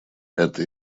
это